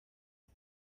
isi